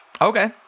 Okay